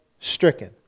stricken